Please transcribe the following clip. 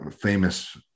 famous